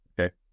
Okay